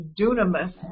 dunamis